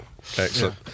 Excellent